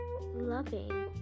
loving